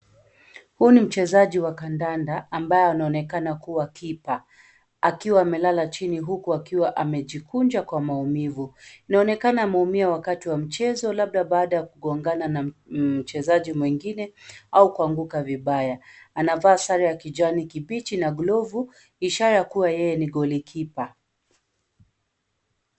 Huu ni mchezaji wa kandanda ambaye anaonekana kuwa kipa akiwa amelala chini huku akiwa amejikunja kwa maumivu. Inaonekana mumia wakati wa mchezo labda baada ya kugongana na mchezaji mwingine au kuanguka vibaya. Anavaa sare ya kijani kibichi na glovu, ishara kuwa yeye ni golikipa.